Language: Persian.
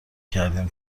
کردیم